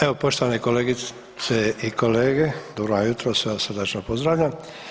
Evo, poštovani kolegice i kolege, dobro vam jutro, sve vas srdačno pozdravljam.